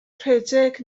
rhedeg